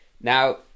Now